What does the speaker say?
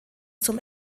zum